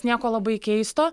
nieko labai keisto